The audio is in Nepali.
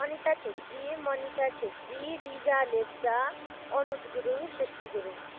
अनिता छेत्री मनिषा छेत्री लिजा लेप्चा अनुज गुरुङ सृष्टि गुरुङ